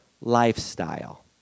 lifestyle